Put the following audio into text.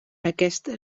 aquesta